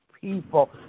people